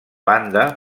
banda